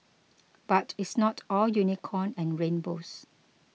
but it's not all unicorn and rainbows